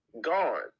gone